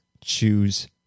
choose